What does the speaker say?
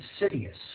insidious